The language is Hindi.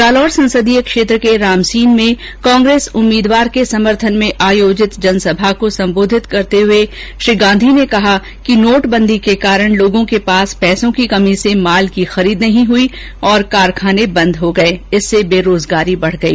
जालौर संसदीय क्षेत्र के रामसीन में कांग्रेस उम्मीदवार के समर्थन में आयोजित जनसभा को संबोधित करते हुए श्री गांधी ने कहा कि नोटबंदी के कारण लोगों के पास पैसों की कमी से माल की खरीद नहीं हई तथा कारखाने बंद हो गए इससे बेरोजगारी बढ गई